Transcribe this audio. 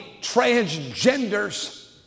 transgenders